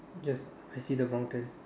yes I see the brown tent